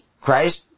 Christ